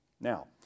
Now